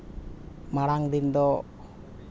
ᱢᱟᱲᱟᱝ ᱫᱤᱱ ᱫᱚ